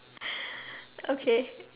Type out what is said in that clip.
okay